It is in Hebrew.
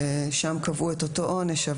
ושם קבעו את אותו עונש.